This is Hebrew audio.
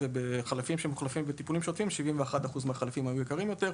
ובחלפים שמוחלפים בטיפולים שוטפים 71% מהם היו יקרים יותר.